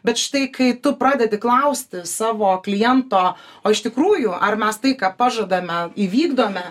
bet štai kai tu pradedi klausti savo kliento o iš tikrųjų ar mes tai ką pažadame įvykdome